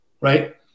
right